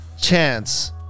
chance